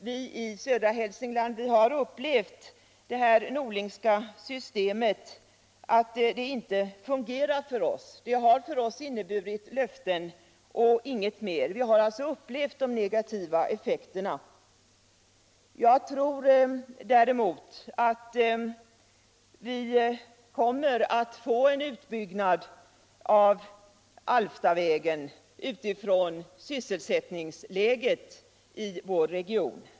Vi i södra Hälsingland har upplevt att det Norlingska systemet inte fungerar för oss. Det har för oss inneburit löften och ingenting mer. Vi har alltså upplevt de negativa effekterna. Jag tror däremot att vi kommer att få en utbyggnad av Alftavägen utifrån sysselsättningsläget i vår region.